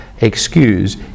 excuse